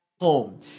home